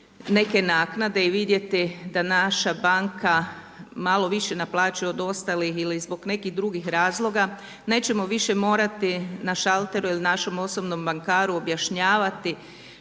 neke naknade i vidjeti da naša banka malo više naplaćuje od ostalih ili zbog nekih drugih razloga nećemo više morati na šalteru ili našem osobnom bankaru objašnjavati